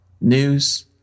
news